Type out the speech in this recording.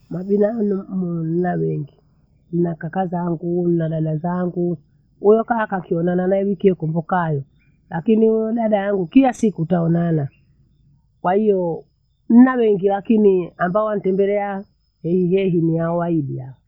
Mabinanumu nina wengi nina kaka zangu, nina dada zangu. Huyo kaka nkionana nae wiki yekuvukae lakini uyo dada yangu kiya siku taonana. Kwahiyo nna wengi lakini ambao wanitembelea engi engi ni hao waidi hao.